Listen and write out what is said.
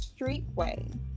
streetway